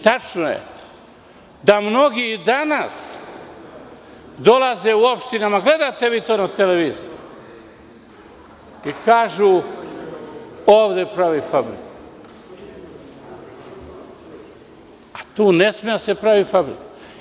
Tačno je da mnogi i danas dolaze u opštinama, gledate li vi to na televiziji, i kažu – ovde pravi fabriku, a tu ne sme da se pravi fabrika.